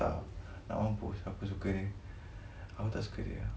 tak nak mampus aku suka dia aku tak suka dia